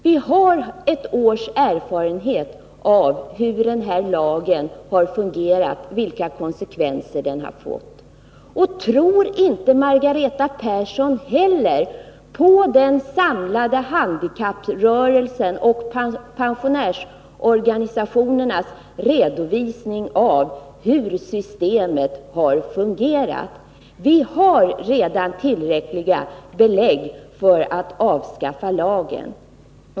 Vi har ett års erfarenhet av hur denna lag har fungerat och vilka konsekvenser den har fått. Tror Margareta Persson inte heller på den samlade handikapprörelsens och pensionärsorganisationernas redovisning av hur systemet har fungerat? Vi har redan tillräckliga belägg för att avskaffa lagen.